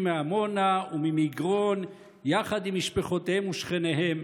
מעמונה וממגרון יחד עם משפחותיהם ושכניהם?